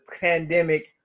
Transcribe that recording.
pandemic